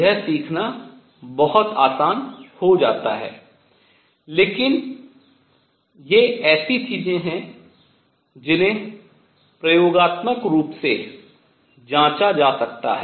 यह सीखना बहुत आसान हो जाता है लेकिन ये ऐसी चीजें हैं जिन्हें प्रयोगात्मक रूप से जांचा जा सकता है